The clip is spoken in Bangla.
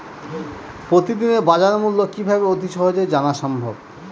প্রতিদিনের বাজারমূল্য কিভাবে অতি সহজেই জানা সম্ভব?